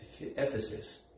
Ephesus